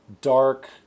dark